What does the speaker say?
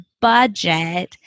budget